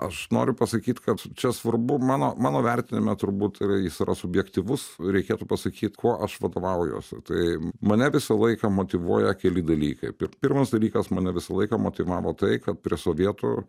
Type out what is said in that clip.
aš noriu pasakyt kad čia svarbu mano mano vertinime turbūt ir jis yra subjektyvus reikėtų pasakyt kuo aš vadovaujuosi tai mane visą laiką motyvuoja keli dalykai pirmas dalykas mane visą laiką motyvavo tai kad prie sovietų